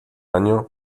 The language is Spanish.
año